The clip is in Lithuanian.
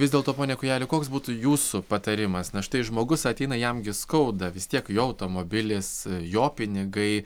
vis dėlto pone kūjeli koks būtų jūsų patarimas na štai žmogus ateina jam skauda vis tiek jo automobilis jo pinigai